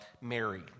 Mary